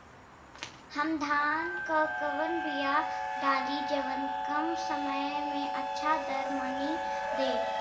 हम धान क कवन बिया डाली जवन कम समय में अच्छा दरमनी दे?